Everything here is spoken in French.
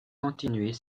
continuer